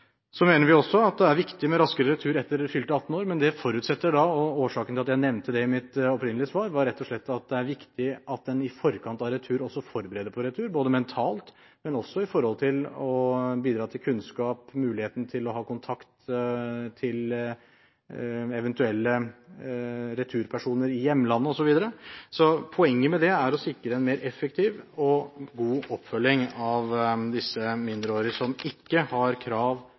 mener også det er viktig med raskere retur etter fylte 18 år, men det forutsetter da – årsaken til at jeg nevnte det i mitt opprinnelige svar, var rett og slett at det er viktig – at en i forkant av retur også forbereder på retur, ikke bare mentalt, men også med tanke på å bidra til kunnskap, muligheten til å ha kontakt, til eventuelle returpersoner i hjemlandet, osv. Poenget med det er å sikre en mer effektiv og god oppfølging av disse mindreårige som ikke har krav